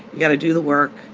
got to do the work